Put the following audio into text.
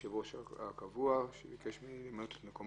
יושב הראש הקבוע, הוא ביקש ממני למלא את מקומו.